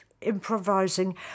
improvising